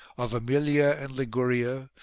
of emilia and liguria,